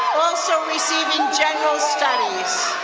also receiving general studies.